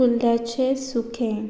कुल्ल्याचें सुकें